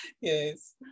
yes